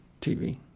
tv